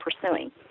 pursuing